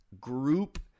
group